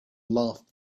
laughed